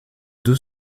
deux